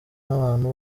n’abantu